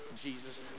Jesus